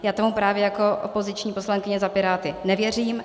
Já tomu právě jako opoziční poslankyně za Piráty nevěřím.